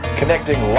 connecting